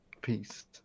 peace